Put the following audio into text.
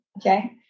Okay